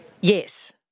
Yes